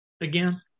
again